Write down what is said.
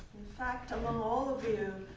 fact among all of you,